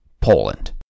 Poland